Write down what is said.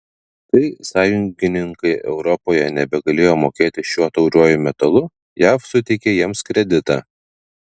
kai sąjungininkai europoje nebegalėjo mokėti šiuo tauriuoju metalu jav suteikė jiems kreditą